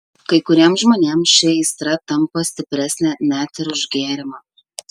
kai kuriems žmonėms ši aistra tampa stipresnė net ir už gėrimą